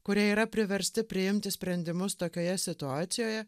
kurie yra priversti priimti sprendimus tokioje situacijoje